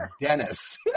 Dennis